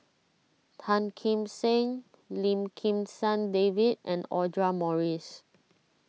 Tan Kim Seng Lim Kim San David and Audra Morrice